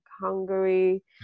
Hungary